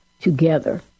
together